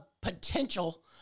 potential